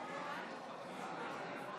בעד, 54,